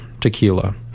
tequila